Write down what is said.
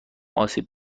آسیب